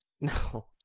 No